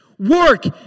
Work